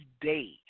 day